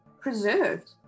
preserved